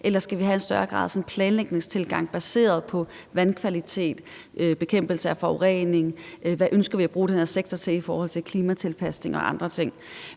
eller skal vi have en større grad af planlægningsmæssig tilgang fokuseret på vandkvalitet, bekæmpelse af forurening og overvejelser om, hvad vi ønsker at bruge den her sektor til i forhold til klimatilpasning og andre ting?